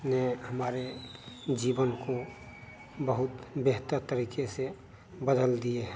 ने हमारे जीवन को बहुत बेहतर तरीक़े से बदल दिए है